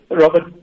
Robert